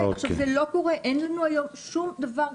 עכשיו זה לא קורה, אין לנו שום דבר כזה,